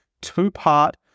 two-part